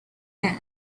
hand